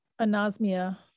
anosmia